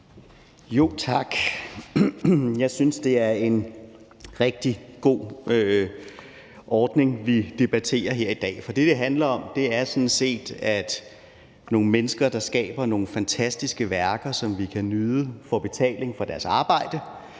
Tak. Jeg synes, det er en rigtig god ordning, vi debatterer her i dag. For det, det handler om, er sådan set, at nogle mennesker, der skaber nogle fantastiske værker, som vi kan nyde, får betaling for deres arbejde,